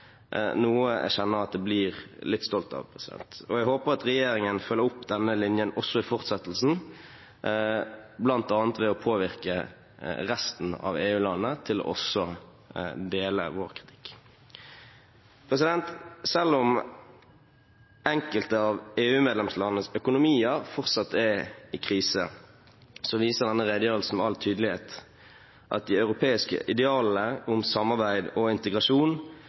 at jeg blir litt stolt av. Jeg håper at regjeringen følger opp denne linjen også i fortsettelsen, bl.a. ved å påvirke resten av EU-landene til også å dele vår kritikk. Selv om enkelte av EU-medlemslandenes økonomier fortsatt er i krise, viser denne redegjørelsen med all tydelighet at de europeiske idealene om samarbeid og integrasjon